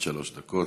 בבקשה, עד שלוש דקות,